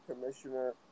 commissioner